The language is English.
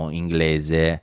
inglese